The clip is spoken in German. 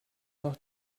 noch